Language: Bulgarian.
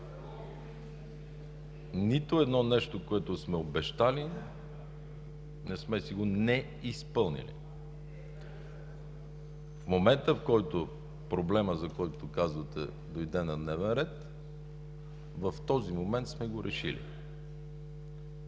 нито едно нещо, което сме обещали, не сме си го неизпълнили. В момента, в който проблемът, за който казвате, дойде на дневен ред, в този момент сме го решили.